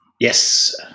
Yes